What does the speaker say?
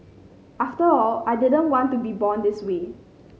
after all I didn't want to be born this way